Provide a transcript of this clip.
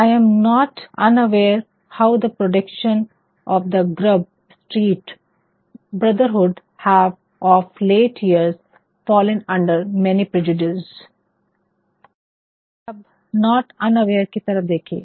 I am not unaware how the productions of the Grub Street brotherhood have of late years fallen under many prejudices I am not unaware how the productions of the Grub Street brotherhood have of late years fallen under many prejudices अब not unaware के तरफ देखिये